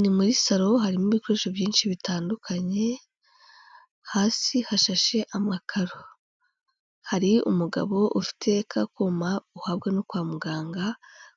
Ni muri salo harimo ibikoresho byinshi bitandukanye hasi hashashe amakaro, hari umugabo ufitete ka kuma uhabwa no kwa muganga